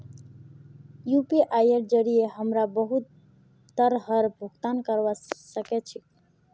यूपीआईर जरिये हमरा बहुत तरहर भुगतान करवा सके छी